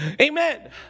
amen